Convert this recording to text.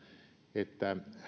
että